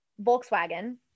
Volkswagen